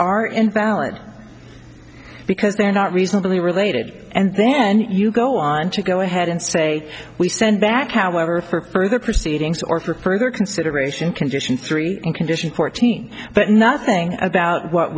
are invalid because they're not reasonably related and then you go on to go ahead and say we sent back however for further proceedings or for further consideration condition three conditions fourteen but nothing about what